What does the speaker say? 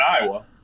Iowa